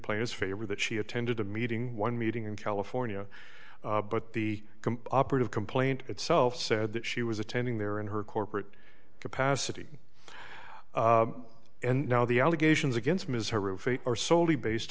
play as favor that she attended a meeting one meeting in california but the operative complaint itself said that she was attending there in her corporate capacity and now the allegations against ms her roof are soley based